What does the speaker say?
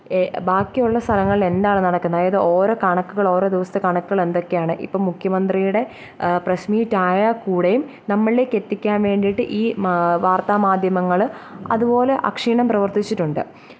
ബാക്കിയുള്ള സലങ്ങളിൽ എന്താണ് നടക്കുന്നത് അതായത് ഓരോ കണക്കുകൾ ഓരോ ദിവസത്തെ കണക്കുകൾ എന്തൊക്കെയാണ് ഇപ്പം മുഖ്യമന്ത്രിയുടെ പ്രസ് മീറ്റായാൽ കൂടെയും നമ്മളിലേക്ക് എത്തിക്കാന് വേണ്ടിയിട്ട് ഈ വാര്ത്താമാധ്യമങ്ങൾ അതുപോലെ അക്ഷീണം പ്രവര്ത്തിച്ചിട്ടുണ്ട്